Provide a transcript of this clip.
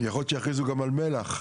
יכול להיות שיכריזו גם על מלח,